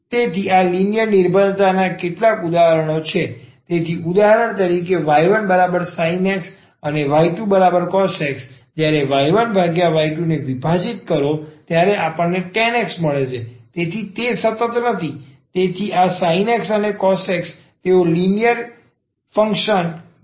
તેથી આ લિનિયર નિર્ભરતા ના કેટલાક ઉદાહરણો છે તેથી ઉદાહરણ તરીકે y1sin x y2 cos x જ્યારે તમે y1y2 ને વિભાજીત કરો ત્યારે આપણને tan x મળશે તેથી જે સતત નથી તેથી આ sin x અને cos x તેઓ લિનિયર ઇન્ડિપેન્ડન્ટ ફંક્શન ો છે